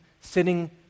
sitting